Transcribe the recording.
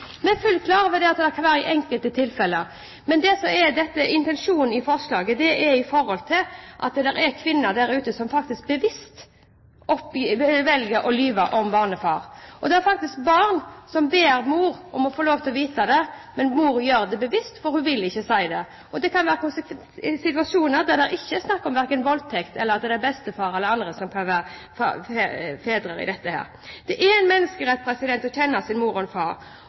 men intensjonen i forslaget gjelder kvinner som bevisst velger å lyve om barnefaren. Det er faktisk barn som ber mor om å få lov til å vite det, men mor gjør dette bevisst, for hun vil ikke si det. Det kan være situasjoner der det ikke er snakk om verken voldtekt eller at det er f.eks. bestefar som kan være far. Det er en menneskerett å kjenne sin mor og far,